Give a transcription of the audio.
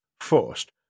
First